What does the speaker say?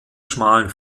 schmalen